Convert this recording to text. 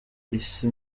isi